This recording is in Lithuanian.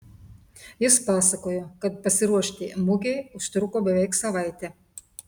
jis pasakojo kad pasiruošti mugei užtruko beveik savaitę